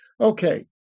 Okay